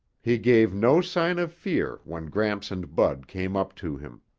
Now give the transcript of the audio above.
he gave no sign of fear when gramps and bud came up to him.